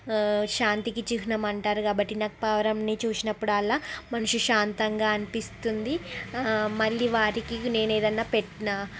శాంతికి చిహ్నం అంటారు కాబట్టి నాకు పావురంని చూసినప్పుడల్లా మనసు శాంతంగా అనిపిస్తుంది మళ్ళీ వాటికి నేను ఏదైనా పెట్టినా